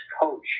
coach